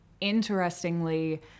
interestingly